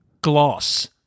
gloss